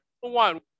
One